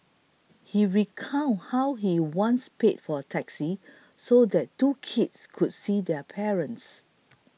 he recounted how he once paid for a taxi so that two kids could see their parents